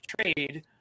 trade